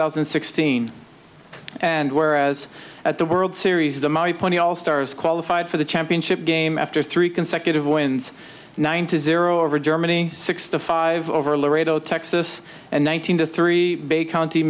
thousand and sixteen and whereas at the world series the my point all stars qualified for the championship game after three consecutive wins nine to zero over germany sixty five over laredo texas and one thousand to three bay county